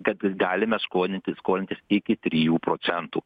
kad galime skolintis skolintis iki trijų procentų